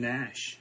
Nash